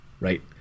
right